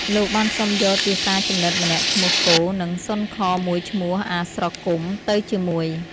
លោកបានសុំយកទាសាជំនិតម្នាក់ឈ្មោះ គោ និងសុនខមួយឈ្មោះ អាស្រគំ ទៅជាមួយ។